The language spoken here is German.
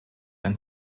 ein